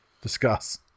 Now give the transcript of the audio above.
Discuss